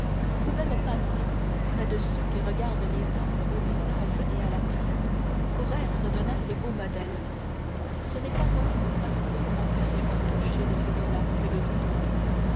peut même passer près de ceux qui regardent les hommes au visage et à la taille pour être d'un assez beau modèle ce n'est pas non plus parce que mon coeur est moins touché de celui-là que de tout autre